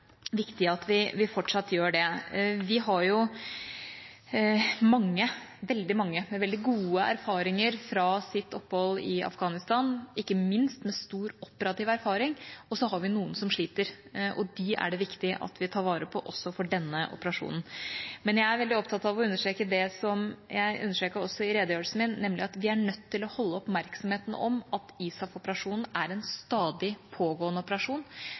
viktig at vi fortsatt gjør det. Vi har jo veldig mange med veldig gode erfaringer fra sitt opphold i Afghanistan, ikke minst med stor operativ erfaring. Og så har vi noen som sliter, og dem er det viktig at vi tar vare på også for denne operasjonen. Men jeg er veldig opptatt av å understreke det som jeg understreket også i redegjørelsen min, nemlig at vi er nødt til å holde oppmerksomheten på at ISAF-operasjonen er en stadig pågående operasjon,